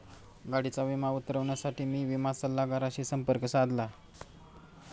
गाडीचा विमा उतरवण्यासाठी मी विमा सल्लागाराशी संपर्क साधला